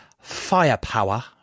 firepower